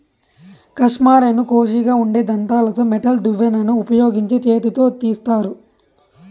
కష్మెరెను కోషిగా ఉండే దంతాలతో మెటల్ దువ్వెనను ఉపయోగించి చేతితో తీస్తారు